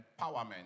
empowerment